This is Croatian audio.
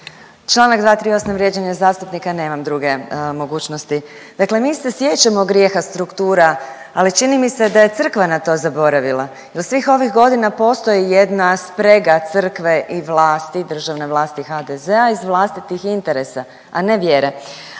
Članak 238. vrijeđanje zastupnika, nemam drugu mogućnost. Dakle mi se sjećamo grijeha struktura, ali čini mi se da je crkva na to zaboravila, jer svih ovih godina postoji jedna sprega crkve i vlasti, državne vlasti HDZ-a iz vlastitih interesa, a ne vjere.